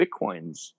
bitcoins